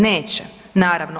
Neće naravno.